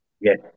Yes